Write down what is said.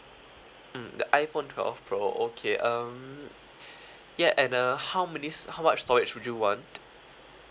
mm the iphone twelve pro okay um yea and uh how many how much storage would you want